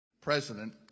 President